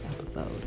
episode